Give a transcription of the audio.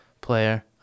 player